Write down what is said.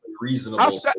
reasonable